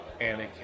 Anakin